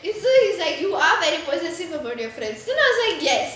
so he's like you are very possessive about your friends so I was like yes